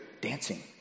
dancing